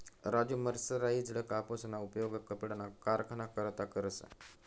Raju mercerized कापूसना उपयोग कपडाना कारखाना करता करस